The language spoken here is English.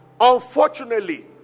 Unfortunately